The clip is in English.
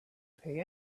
pay